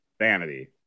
vanity